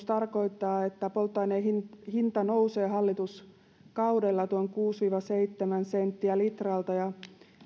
tarkoittaa että polttoaineen hinta nousee hallituskaudella tuon kuusi viiva seitsemän senttiä litralta